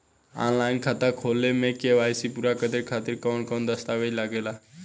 Online खाता खोले में के.वाइ.सी पूरा करे खातिर कवन कवन दस्तावेज लागे ला?